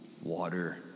water